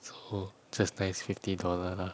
so just nice fifty dollar lah